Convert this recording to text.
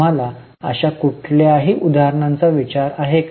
तुम्हाला अशा कुठल्याही उदाहरणांचा विचार आहे का